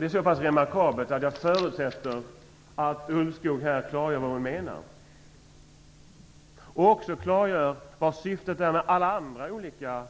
Det är så pass remarkabelt att jag förutsätter att Ulvskog här klargör vad hon menar och att hon också klargör syftet med alla andra olika